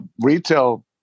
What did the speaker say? retail